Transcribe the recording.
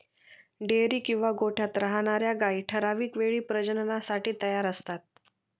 dairy किंवा गोठ्यात राहणार्या गायी ठराविक वेळी प्रजननासाठी तयार असतात